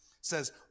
says